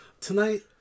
tonight